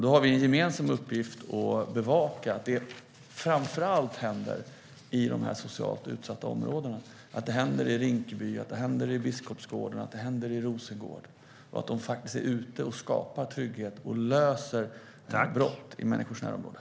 Då har vi en gemensam uppgift att bevaka att det framför allt händer i de socialt utsatta områdena, att det händer i Rinkeby, att det händer i Biskopsgården och att det händer i Rosengård och att de faktiskt är ute och skapar trygghet och löser brott i människors närområde.